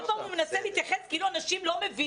כל פעם הוא מנסה להתייחס כאילו אנשים לא מבינים.